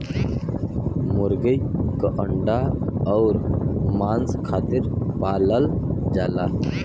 मुरगी के अंडा अउर मांस खातिर पालल जाला